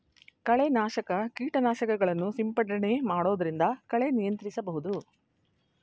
ಕಳೆ ನಾಶಕ ಕೀಟನಾಶಕಗಳನ್ನು ಸಿಂಪಡಣೆ ಮಾಡೊದ್ರಿಂದ ಕಳೆ ನಿಯಂತ್ರಿಸಬಹುದು